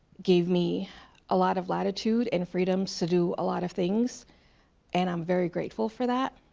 gave me a lot of latitude and freedoms to do a lot of things and i'm very grateful for that.